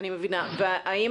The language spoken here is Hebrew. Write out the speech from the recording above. האם